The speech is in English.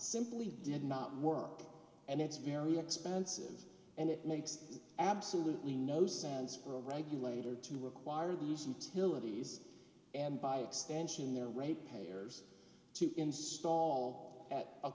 simply did not work and it's very expensive and it makes absolutely no sense for a regulator to require these utilities and by extension their rate payers to install a